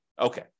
Okay